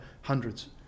hundreds